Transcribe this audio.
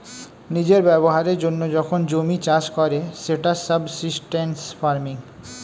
নিজের ব্যবহারের জন্য যখন জমি চাষ করে সেটা সাবসিস্টেন্স ফার্মিং